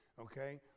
Okay